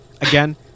again